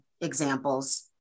examples